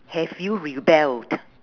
have you rebelled